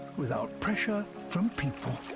without pressure from people.